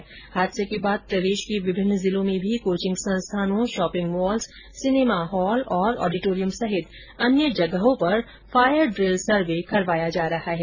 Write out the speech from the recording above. इस हादसे के बाद प्रदेश के विभिन्न जिलों में भी कोचिंग संस्थानों शॉपिंग मॉल्स सिनेमा हॉल और ऑडिटोरियम सहित अन्य जगहों पर फायर ड्रिल सर्वे करवाया जा रहा है